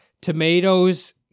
tomatoes